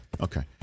Okay